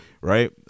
Right